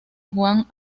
juan